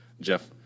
Jeff